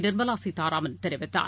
நிர்மலாசீத்தாராமன் தெரிவித்தார்